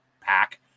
pack